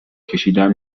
کشیدن